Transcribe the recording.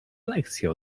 lekcje